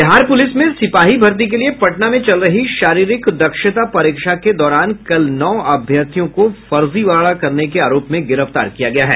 Bihar police में सिपाही भर्ती के लिये पटना में चल रही शारीरिक दक्षता परीक्षा के दौरान कल नौ अभ्यर्थियों को फर्जीवाड़ा करने के आरोप में गिरफ्तार किया गया है